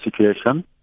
situation